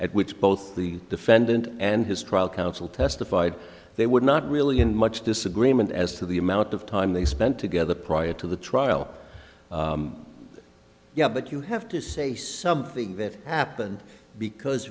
at which both the defendant and his trial counsel testified they would not really in much disagreement as to the amount of time they spent together prior to the trial yeah but you have to say something that happened because